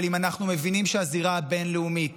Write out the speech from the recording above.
אבל אם אנחנו מבינים שהזירה הבין-לאומית